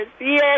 yes